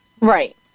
Right